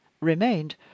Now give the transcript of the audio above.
remained